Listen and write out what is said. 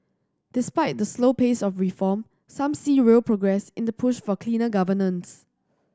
despite the slow pace of reform some see real progress in the push for cleaner governance